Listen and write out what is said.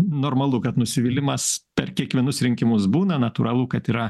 normalu kad nusivylimas per kiekvienus rinkimus būna natūralu kad yra